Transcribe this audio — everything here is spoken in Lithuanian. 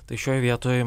tai šioj vietoj